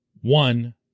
One